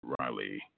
Riley